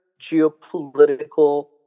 geopolitical